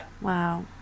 wow